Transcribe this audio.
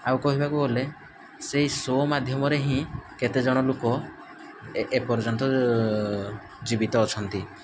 ଆଉ କହିବାକୁ ଗଲେ ସେଇ ଶୋ ମାଧ୍ୟମରେ ହିଁ କେତେଜଣ ଲୋକ ଏପର୍ଯ୍ୟନ୍ତ ଜୀବିତ ଅଛନ୍ତି